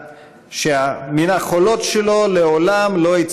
מיוחדות של ועדות הכנסת שהוקדשו היום לנושא.